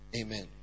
Amen